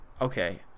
okay –